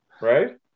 Right